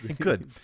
good